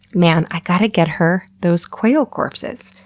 man, i gotta get her those quail corpses.